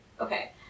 Okay